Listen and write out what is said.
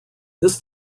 this